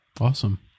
Awesome